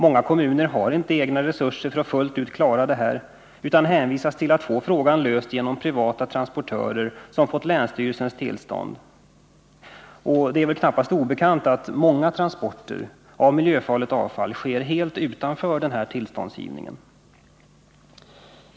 Många kommuner har inte egna resurser för att fullt ut klara detta utan hänvisas till att få frågan löst genom privata transportörer som fått länsstyrelsens tillstånd. Det är väl knappast obekant att många transporter av miljöfarligt avfall sker helt utanför den tillståndsgivningen.